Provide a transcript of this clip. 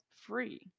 free